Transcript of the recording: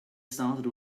started